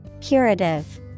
Curative